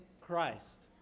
Christ